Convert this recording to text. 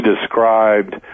described